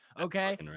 Okay